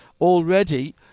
already